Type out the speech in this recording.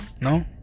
No